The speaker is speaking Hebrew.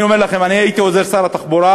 אני אומר לכם: אני הייתי עוזר שר התחבורה